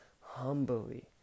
humbly